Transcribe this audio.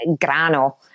Grano